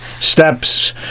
steps